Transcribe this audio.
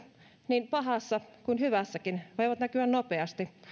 niin pahassa kuin hyvässäkin voivat näkyä nopeasti